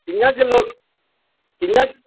कि'यां किलो कि'यां